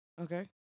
Okay